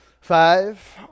Five